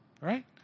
Right